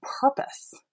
purpose